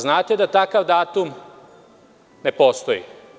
Znate da takav datum ne postoji.